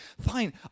Fine